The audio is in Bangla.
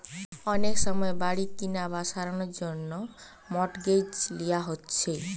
অনেক সময় বাড়ি কিনা বা সারানার জন্যে মর্টগেজ লিয়া হচ্ছে